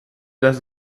das